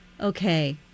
Okay